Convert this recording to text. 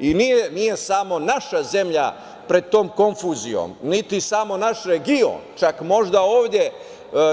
I nije samo naša zemlja pred tom konfuzijom, niti samo naš region, čak možda ovde